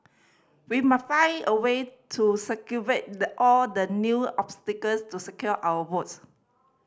we must find a way to circumvent the all the new obstacles to secure our votes